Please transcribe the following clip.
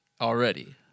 already